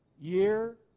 year